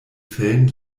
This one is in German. fällen